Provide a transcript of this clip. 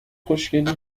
خوشگلی